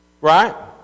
Right